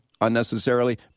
unnecessarily